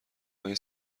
های